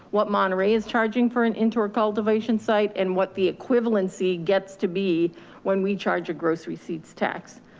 what monterey is charging for an indoor cultivation site and what the equivalency gets to be when we charge a gross receipts tax.